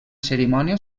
cerimònia